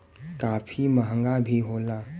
काफी महंगा भी होला